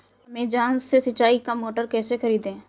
Amazon से सिंचाई का मोटर कैसे खरीदें?